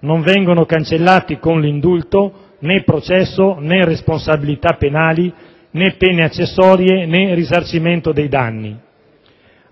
Non vengono cancellati con l'indulto né il processo, né le responsabilità penali, né le pene accessorie e neppure il risarcimento dei danni.